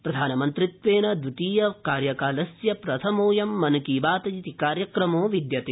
प्रधानमन्त्रित्वेन दवितीय कार्यकालस्य प्रथमोऽयं मन की बात कार्यक्रमो विद्यते